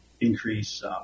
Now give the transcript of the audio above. increase